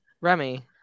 remy